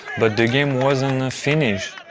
but the game wasn't finished.